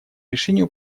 решению